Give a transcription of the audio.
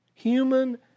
Human